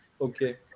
Okay